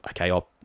okay